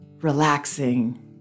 relaxing